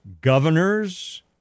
governors